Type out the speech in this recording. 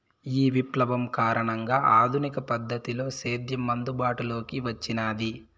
ఈ విప్లవం కారణంగా ఆధునిక పద్ధతిలో సేద్యం అందుబాటులోకి వచ్చినాది